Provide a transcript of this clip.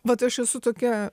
vat aš esu tokia